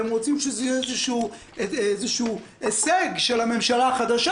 הם רוצים שזה יהיה הישג של הממשלה החדשה,